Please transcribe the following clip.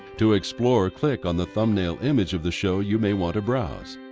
to explore. click on the thumbnail image of the show you may want to browse.